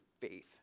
faith